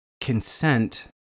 Consent